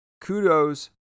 Kudos